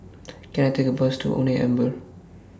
Can I Take A Bus to Only Amber